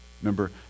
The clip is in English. Remember